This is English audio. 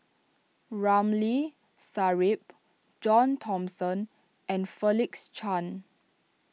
Ramli Sarip John Thomson and Felix Cheong